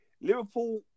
Liverpool